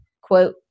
quote